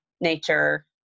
nature